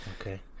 okay